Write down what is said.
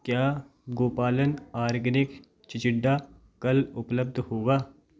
क्या गोपालन आर्गेनिक चिचिण्डा कल उपलब्ध होगा